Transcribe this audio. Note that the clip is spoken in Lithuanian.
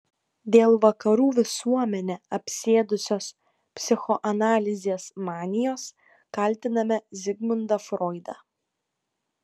dėl vakarų visuomenę apsėdusios psichoanalizės manijos kaltiname zigmundą froidą